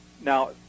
Now